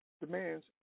demands